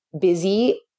busy